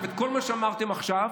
כל מה שאמרתם עכשיו,